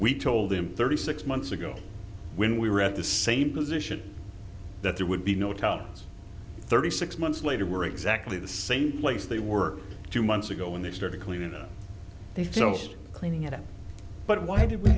we told him thirty six months ago when we were at the same position that there would be no tolerance thirty six months later we're exactly the same place they were two months ago when they started cleaning up their jobs cleaning it up but why did we